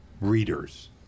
readers